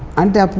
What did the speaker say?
and